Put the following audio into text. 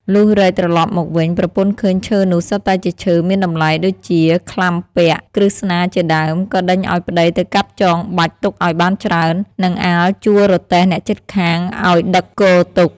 លុះរែកត្រឡប់មកវិញ ប្រពន្ធឃើញឈើនោះសុទ្ធតែជាឈើមានតម្លៃ ដូចជាក្លាំពាក់ ក្រឹស្នាជាដើម ក៏ដេញឱ្យប្តីទៅកាប់ចងបាច់ទុកឱ្យបានច្រើន នឹងអាលជួលរទេះអ្នកជិតខាងឱ្យដឹកគរទុក។